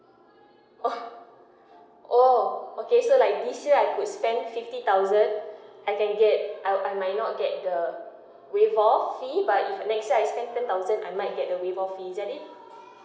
oh orh okay so like this year I could spend fifty thousand I can get I I might not get the waive off fee but if next year I spend ten thousand I might the reward fee is that it